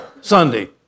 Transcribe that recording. Sunday